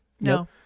no